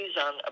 on